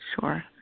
Sure